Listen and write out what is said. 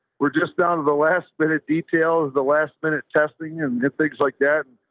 we're just down to the last minute details. the last minute testing and things like that.